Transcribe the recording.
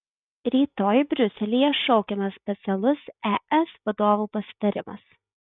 rytoj briuselyje šaukiamas specialus es vadovų pasitarimas